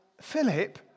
Philip